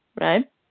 right